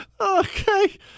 Okay